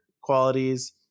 qualities